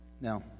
Now